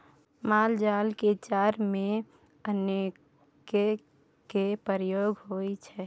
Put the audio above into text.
माल जाल के चारा में अन्नो के प्रयोग होइ छइ